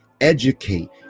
Educate